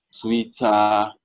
Twitter